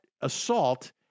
assault